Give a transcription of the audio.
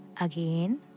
again